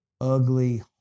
ugly